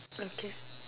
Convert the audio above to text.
okay